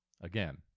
Again